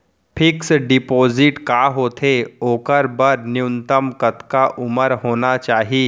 Fix deposit का होथे ओखर बर न्यूनतम कतका उमर होना चाहि?